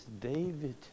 David